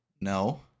No